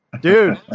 Dude